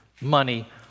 money